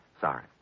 Sorry